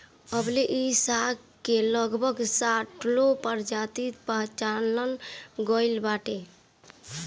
अबले इ साग के लगभग साठगो प्रजाति पहचानल गइल बाटे